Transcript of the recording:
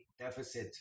deficit